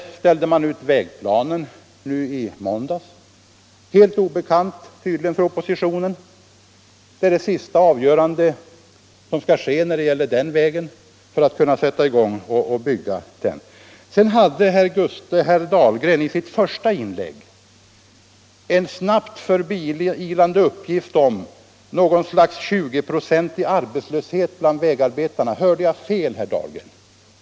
Man ställde ut vägplanen i måndags — helt obekant, tydligen, för oppositionen. Det gäller det sista avgörande som skall ske för att man skall kunna sätta i gång med att bygga den vägen. Herr Dahlgren hade i sitt första inlägg en snabbt förbiilande uppgift om något slags 20-procentig arbetslöshet bland vägarbetarna. Hörde jag fel, herr Dahlgren?